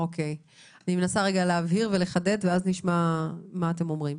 אני מנסה רגע להבהיר ולחדד ואז נשמע מה אתם אומרים.